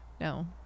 No